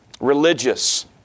Religious